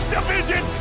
Division